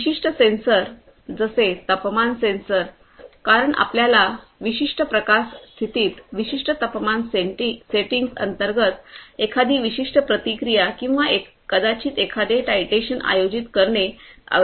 विशिष्ट सेन्सर जसे तापमान सेन्सर कारण आपल्याला विशिष्ट प्रकाश स्थितीत विशिष्ट तापमान सेटिंग्स अंतर्गत एखादी विशिष्ट प्रतिक्रिया किंवा कदाचित एखादे टायटेशन आयोजित करणे आवश्यक आहे